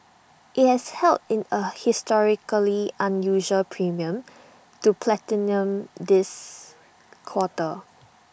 IT has held in A historically unusual premium to platinum this quarter